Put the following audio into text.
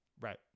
Right